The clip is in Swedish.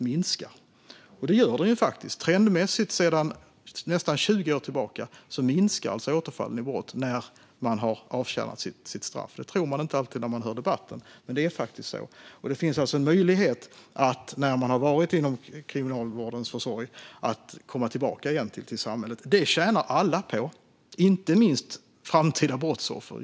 Det är faktiskt så att sedan 20 år tillbaka minskar återfall i brott efter avtjänat straff. Det tror man inte alltid när man hör debatten, men så är det. Det finns alltså en möjlighet att komma tillbaka till samhället efter att ha varit i kriminalvårdens försorg. Det tjänar alla på, inte minst framtida brottsoffer.